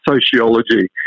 sociology